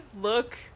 look